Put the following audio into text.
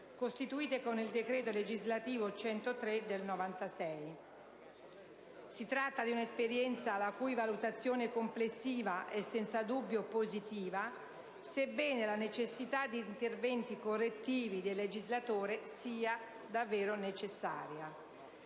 (costituite con il decreto legislativo n. 103 del 1996). Si tratta di una esperienza la cui valutazione complessiva è senza dubbio positiva, sebbene la necessità di interventi correttivi del legislatore sia davvero necessaria.